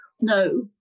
No